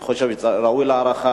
אני חושב שזה ראוי להערכה,